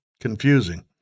Confusing